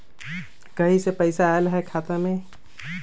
कहीं से पैसा आएल हैं खाता में?